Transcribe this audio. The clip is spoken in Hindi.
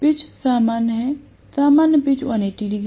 पिच सामान्य है सामान्य पिच 180 डिग्री है